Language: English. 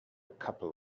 couple